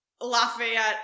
Lafayette